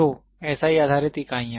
तो SI आधारित इकाइयाँ